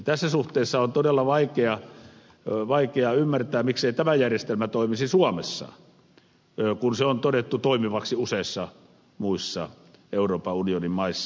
tässä suhteessa on todella vaikea ymmärtää miksei tämä järjestelmä toimisi suomessa kun se on todettu toimivaksi useissa muissa euroopan unionin maissa